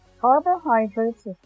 carbohydrates